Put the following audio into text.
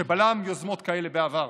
שבלם יוזמות כאלה בעבר.